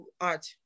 Art